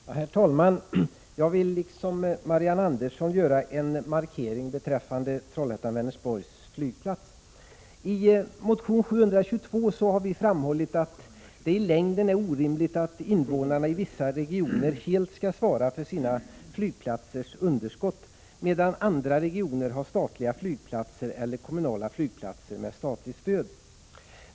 Herr talman! Jag vill liksom Marianne Andersson göra en markering beträffande Trollhättan— Vänersborgs flygplats. I motion T722 har vi framhållit att det i längden är orimligt att invånarna i vissa regioner helt skall svara för sina flygplatsers underskott, medan andra regioner har statliga flygplatser eller kommunala flygplatser med statligt stöd.